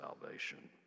salvation